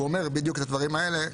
הוא אומר בדיוק את הדברים האלה,